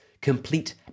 complete